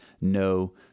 no